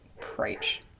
preach